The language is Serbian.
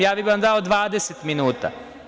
Ja bih vam dao 20 minuta.